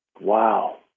Wow